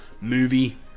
movie